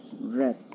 Red